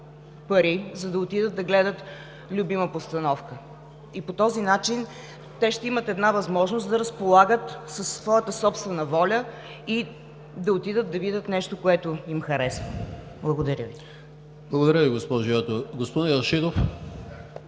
пари, за да отидат да гледат любима постановка. По този начин те ще имат възможност да разполагат със своята собствена воля и да отидат да видят нещо, което им харесва. Благодаря Ви. ПРЕДСЕДАТЕЛ ЕМИЛ ХРИСТОВ: Благодаря